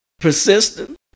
persistent